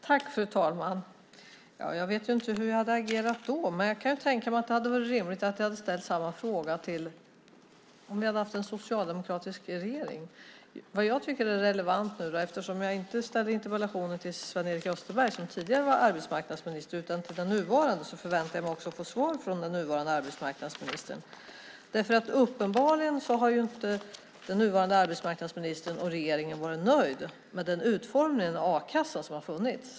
Fru talman! Jag vet inte hur jag hade agerat då, men jag kan tänka mig att det hade varit rimligt att jag hade ställt samma fråga om vi hade haft en socialdemokratisk regering. Eftersom jag inte ställde interpellationen till Hans Karlsson, som tidigare var arbetsmarknadsminister, utan till den nuvarande tycker jag att det är relevant att förvänta sig att också få svar från den nuvarande arbetsmarknadsministern. Uppenbarligen har inte den nuvarande arbetsmarknadsministern och regeringen varit nöjda med den utformning av a-kassan som har funnits.